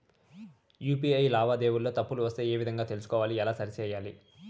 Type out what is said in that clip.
UPI లావాదేవీలలో తప్పులు వస్తే ఏ విధంగా తెలుసుకోవాలి? ఎలా సరిసేయాలి?